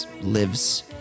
lives